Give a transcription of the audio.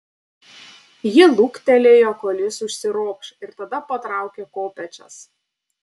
ji luktelėjo kol jis užsiropš ir tada patraukė kopėčias